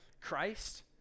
Christ